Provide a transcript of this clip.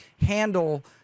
handle